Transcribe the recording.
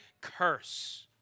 curse